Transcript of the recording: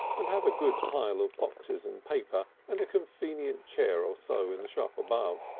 and have a good pile of boxes and paper, and a convenient chair or so in the shop above.